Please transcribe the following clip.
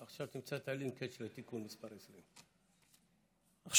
עכשיו תמצא את ה-linkage לתיקון מס' 20. לנוכח